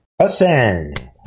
ascend